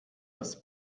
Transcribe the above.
das